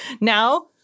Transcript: Now